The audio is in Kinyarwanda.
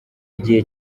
igihe